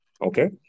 Okay